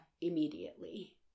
immediately